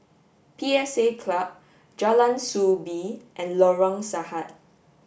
P S A Club Jalan Soo Bee and Lorong Sahad